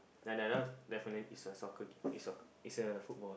then at last definitely is a soccer game is soccer is a football